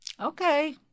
okay